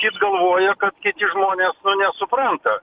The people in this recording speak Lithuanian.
jis galvoja kad kiti žmonės nesupranta